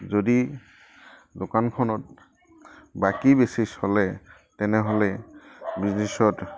যদি দোকানখনত বাকী বেচিছ হ'লে তেনেহ'লে বিজনেছত